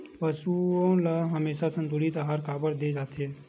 पशुओं ल हमेशा संतुलित आहार काबर दे जाथे?